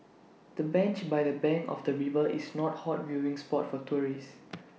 the bench by the bank of the river is not hot viewing spot for tourists